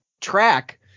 track